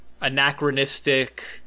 anachronistic